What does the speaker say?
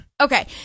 Okay